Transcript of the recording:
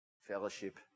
Fellowship